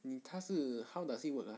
你他是 how does it work ah